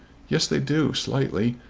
yes they do slightly.